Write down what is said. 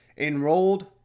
enrolled